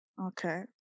Okay